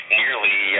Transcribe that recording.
nearly